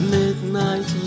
midnight